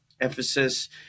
emphasis